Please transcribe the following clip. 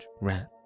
rat